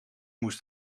moest